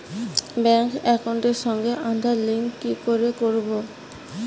Bank একাউন্টের সঙ্গে Aadhaar link কি করে করবো?